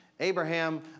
Abraham